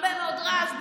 היה הרבה מאוד רעש,